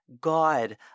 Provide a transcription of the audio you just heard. god